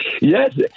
Yes